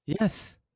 Yes